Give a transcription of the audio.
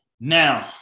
Now